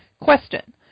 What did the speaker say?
Question